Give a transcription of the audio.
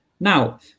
Now